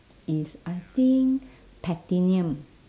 is I think platinum